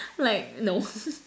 like no